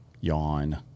yawn